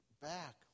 back